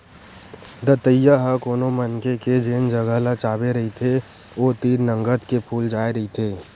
दतइया ह कोनो मनखे के जेन जगा ल चाबे रहिथे ओ तीर नंगत के फूल जाय रहिथे